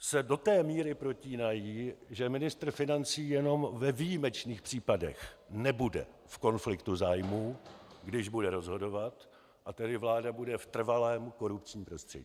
se do té míry protínají, že ministr financí jenom ve výjimečných případech nebude v konfliktu zájmů, když bude rozhodovat, a tedy vláda bude v trvalém korupčním prostředí.